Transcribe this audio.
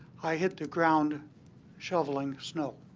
i hit the ground shoveling snow.